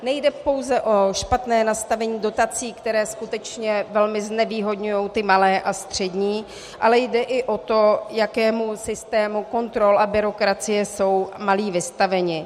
Nejde pouze o špatné nastavení dotací, které skutečně velmi znevýhodňují ty malé a střední, ale jde i o to, jakému systému kontrol a byrokracie jsou malí vystaveni.